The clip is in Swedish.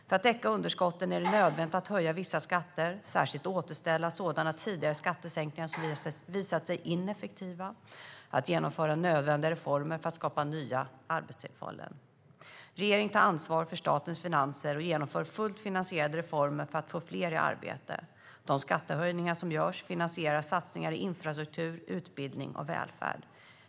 För att täcka underskotten är det nödvändigt att höja vissa skatter, särskilt återställa sådana tidigare sänkningar som visat sig ineffektiva, och genomföra nödvändiga reformer för att skapa nya arbetstillfällen. Regeringen tar ansvar för statens finanser och genomför fullt finansierade reformer för att få fler i arbete. De skattehöjningar som görs finansierar satsningar i infrastruktur, utbildning och välfärd.